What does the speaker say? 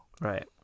Right